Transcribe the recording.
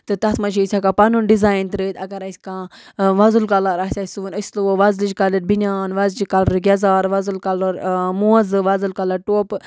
تہٕ تَتھ منٛز چھِ أسۍ ہٮ۪کان پَنُن ڈِزایِن ترٲیِتھ اَگر اَسہِ کانٛہہ وۄزُل کَلر آسہِ سُوُن أسۍ تُلو وۄزٕج کرٕ بِنٛیان وۄزجہِ کَلرٕ یِزار وۄزُل کَلر موزٕ وۄزُل کَلر ٹوپہٕ